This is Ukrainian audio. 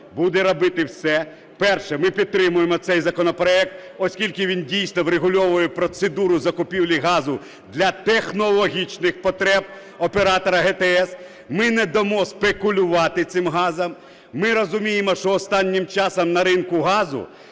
буде робити все. Перше. Ми підтримуємо цей законопроект, оскільки він дійсно врегульовує процедуру закупівлі газу для технологічних потреб оператора ГТС. Ми не дамо спекулювати цим газом. Ми розуміємо, що останнім часом на ринку газу